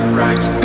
right